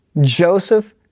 Joseph